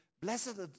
blessed